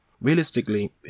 Realistically